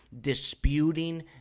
Disputing